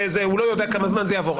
הוא לא יודע כמה זמן זה יעבור,